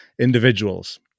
individuals